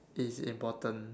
is important